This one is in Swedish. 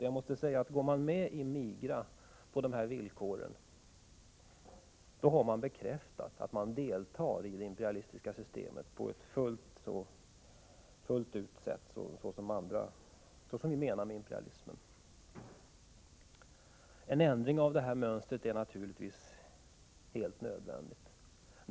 Jag måste säga, att går man med i MIGA på de föreslagna villkoren, då har man bekräftat att man deltar i det imperialistiska systemet fullt ut med den innebörd vi lägger i ordet imperialism. En ändring av detta mönster är helt nödvändig.